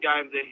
games